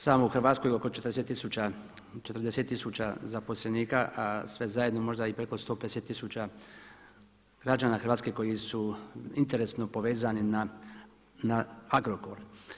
Samo u Hrvatskoj oko 40000 zaposlenika sve zajedno možda i preko 150 tisuća građana Hrvatske koji su interesno povezani na Agrokor.